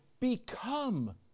become